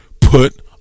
Put